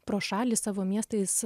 pro šalį savo miestais